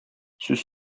сүз